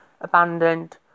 abandoned